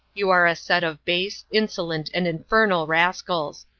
you are a set of base, insolent, and infernal rascals.